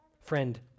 Friend